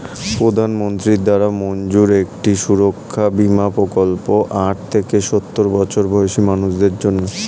প্রধানমন্ত্রী দ্বারা মঞ্জুর একটি সুরক্ষা বীমা প্রকল্প আট থেকে সওর বছর বয়সী মানুষদের জন্যে